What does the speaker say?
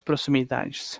proximidades